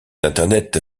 d’internet